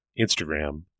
Instagram